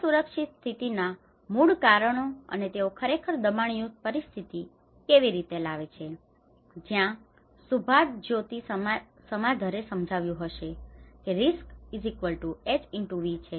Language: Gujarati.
અસુરક્ષિત સ્થિતિના મૂળ કારણો અને તેઓ ખરેખર દબાણયુક્ત પરિસ્થિતિ કેવી રીતે લાવે છે જ્યાં સુભાજ્યોતિ સમાધરે સમજાવ્યું હશે કે રિસ્કHxV છે